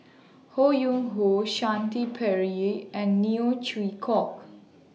Ho Yuen Hoe Shanti Pereira and Neo Chwee Kok